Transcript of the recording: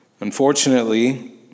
Unfortunately